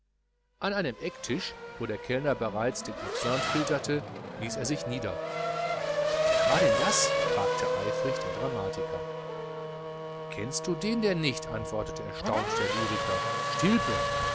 an einem ecktisch wo der kellner bereits den absinth filterte ließ er sich nieder wer war denn das fragte eifrig der dramatiker kennst du denn den nicht antwortete erstaunt der lyriker stilpe